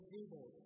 Table